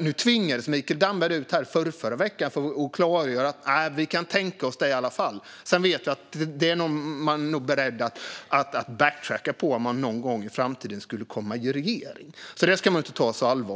Nu tvingades Mikael Damberg ut förrförra veckan för att klargöra detta: Nej, vi kan tänka oss det i alla fall. Sedan vet vi att man nog är beredd att backtrack om man någon gång i framtiden skulle komma i regering. Detta ska man alltså inte ta så allvarligt.